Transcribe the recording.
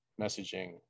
messaging